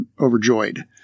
overjoyed